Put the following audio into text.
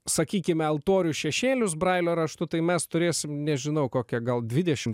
sakykime altorių šešėlius brailio raštu tai mes turėsim nežinau kokia gal dvidešim